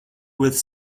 with